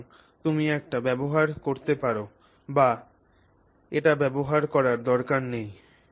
সুতরাং তুমি এটি ব্যবহার করতে পার বা এটি ব্যবহার করার দরকার নেই